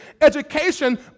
education